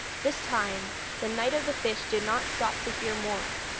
this time the knight of the fish did not stop to hear more,